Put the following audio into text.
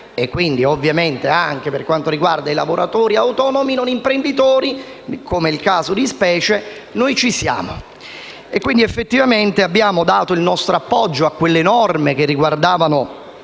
quindi ovviamente anche per quanto riguarda i lavoratori autonomi non imprenditori come nel caso di specie, il Movimento 5 Stelle c’è. Effettivamente, abbiamo dato il nostro appoggio a quelle norme riguardanti